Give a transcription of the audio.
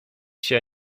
się